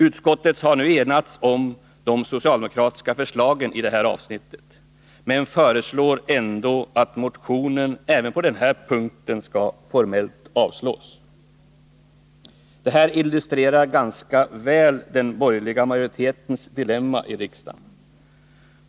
Utskottet har nu enats om de socialdemokratiska förslagen i detta avsnitt men föreslår ändå att moiionen även på den här punkten skall formellt avslås. Det här illustrerar ganska väl den borgerliga majoritetens dilemma i riksdagen.